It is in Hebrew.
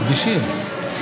אדישים.